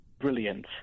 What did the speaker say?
brilliant